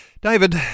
David